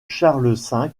charles